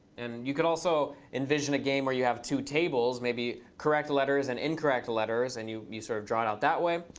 and you can also envision a game where you have two tables, maybe correct letters and incorrect letters, and you you sort of draw it out that way.